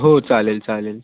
हो चालेल चालेल